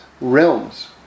realms